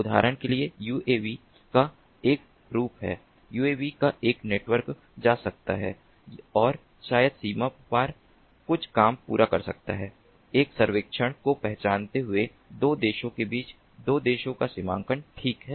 उदाहरण के लिए यूएवी का एक रूप है यूएवी का एक नेटवर्क जा सकता है और शायद सीमा पार कुछ काम पूरा कर सकता है एक सर्वेक्षण को पहचानते हुए 2 देशों के बीच 2 देशों का सीमांकन ठीक है